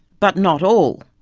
but not all.